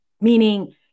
meaning